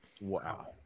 Wow